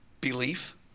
belief